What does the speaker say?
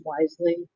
wisely